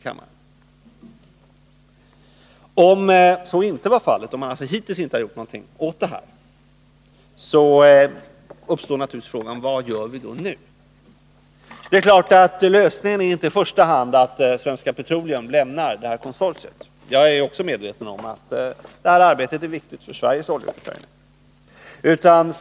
Och om så inte var fallet — om man alltså hittills inte har gjort någonting åt det här — då uppstår naturligtvis frågan vad vi skall göra nu. Det är klart att lösningen inte i fösta hand är att Svenska Petroleum skall lämna konsortiet. Jag är också medveten om att deras medverkan är viktig för Sveriges oljeförsörjning.